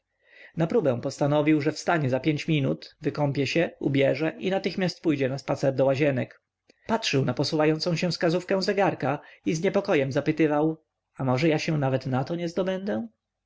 na próbę postanowił że wstanie za pięć minut wykąpie się ubierze i natychmiast pójdzie na spacer do łazienek patrzył na posuwającą się skazówkę zegarka i z niepokojem zapytywał a może ja się nawet nato nie